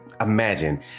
imagine